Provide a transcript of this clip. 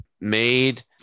made